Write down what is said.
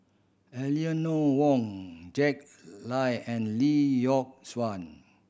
Eleanor Wong Jack Lai and Lee Yock Suan